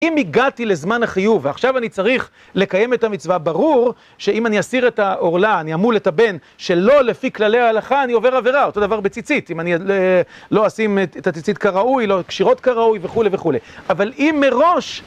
אם הגעתי לזמן החיוב, ועכשיו אני צריך לקיים את המצווה, ברור שאם אני אסיר את העורלה, אני אמול את הבן שלא לפי כללי ההלכה אני עובר עבירה, אותו דבר בציצית, אם אני לא אשים את הציצית כראוי, קשירות כראוי וכולי וכולי, אבל אם מראש